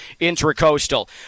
Intracoastal